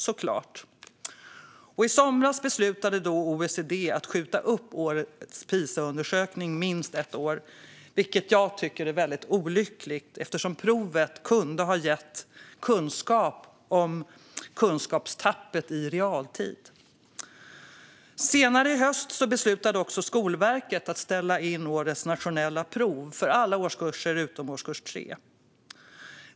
I somras beslutade OECD att skjuta upp årets Pisaundersökning minst ett år. Det tycker jag är väldigt olyckligt, eftersom provet kunde ha gett kunskap om kunskapstappet i realtid. Senare i höstas beslutade också Skolverket att ställa in årets nationella prov för alla årskurser utom årskurs 3.